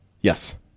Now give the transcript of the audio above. yes